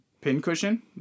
Pincushion